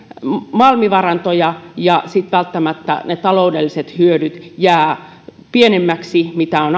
malmivarantoja ja ne taloudelliset hyödyt mitä on ajateltu jäävät pienemmiksi ja sitten on